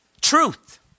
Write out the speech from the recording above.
truth